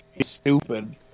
stupid